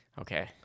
Okay